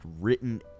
written